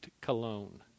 cologne